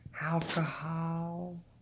alcohol